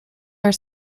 are